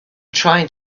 trying